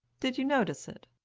did you notice it?